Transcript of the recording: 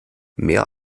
mehr